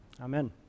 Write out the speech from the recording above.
Amen